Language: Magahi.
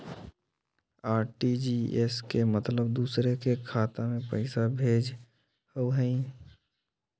आर.टी.जी.एस के मतलब दूसरे के खाता में पईसा भेजे होअ हई?